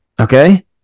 Okay